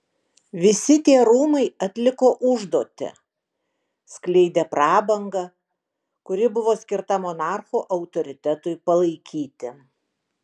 visi tie rūmai atliko užduotį skleidė prabangą kuri buvo skirta monarcho autoritetui palaikyti